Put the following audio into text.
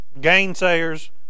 Gainsayers